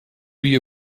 wie